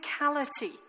physicality